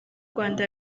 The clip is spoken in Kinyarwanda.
rwanda